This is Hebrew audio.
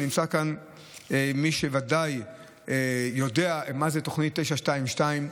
ונמצא כאן מי שבוודאי יודע מה זו תוכנית 922,